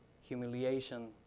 humiliation